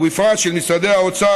ובפרט של משרדי האוצר,